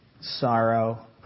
sorrow